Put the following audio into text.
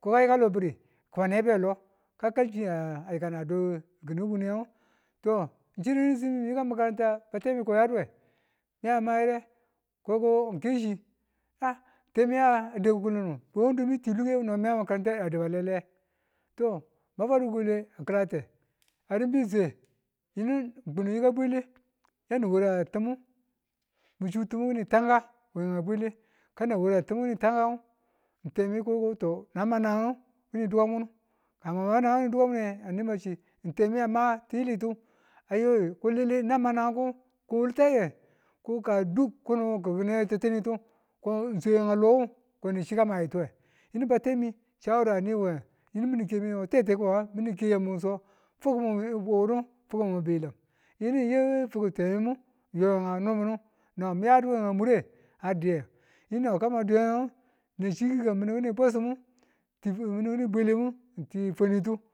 ko ka yika lobi̱ri ko ne belo kan kalchiye a yikan a du ki̱, ki̱nu kun yang, to chiri kini sin mi miyika a makaranta batemi ko n yaduwe mi a ma yire? ko ng kechi a kemi a dau kulin ng ti wandome ng ti lukemi mi ya makaranta a dau a lailaye to ma fwadu ko wulel ng ki̱late yinu ng ben swe yinu ng kub ng yika bwele yani wara timu michutimu kini tanka, kan na waratumu kịnin tanka temi ko to na ma na ngan ngu kini dukan munu ka mwa mabu na nang ngu kini dukan mune so a ne machi temi am tiyilitu a yoi ko nan manangaku ki̱ wul taiwe ko ka duk kono kui̱na newe titinitu ko n swe wen lowu ane chi ka mayewetu yinu batemi shawara a yiye yine mi̱n ng ke ko tete ko nga ma̱n ng ke yam mumung fa so fukun mumu wawwadu fukun mumu bi̱yili̱m yinu mi yinu fukun temi minmu miyo we nga nirmini naw mi yadu murenge diye yinu nan kan ma dwi̱yeng nang chi no mi̱n ki̱ nin bwesimun ti bukebu ti bwelimbu ti fwanitu